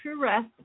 TrueRest